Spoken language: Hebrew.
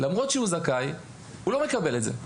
למרות שהוא זכאי הוא לא מקבל את זה.